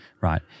Right